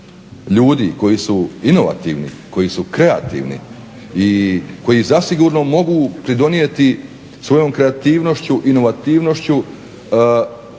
ljudi koji su inovativni, koji su kreativni i koji zasigurno mogu pridonijeti svojom kreativnošću, inovativnošću